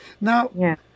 Now